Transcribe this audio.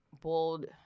bold